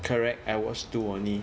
correct I watched two only